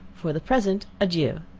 for the present, adieu.